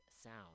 sound